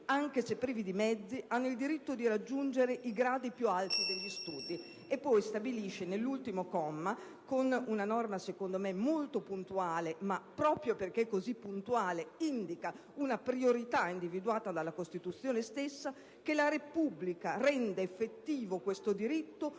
anche se privi di mezzi, hanno il diritto di raggiungere i gradi più alti degli studi». Nello stesso articolo 34 poi, all'ultimo comma - con una norma secondo me molto puntale, ma, proprio perché così puntuale, indicativa di una priorità individuata dalla Costituzione stessa - si stabilisce: «La Repubblica rende effettivo questo diritto